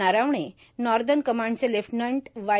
Naravane northern कमांडचे lieutenant Y